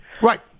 right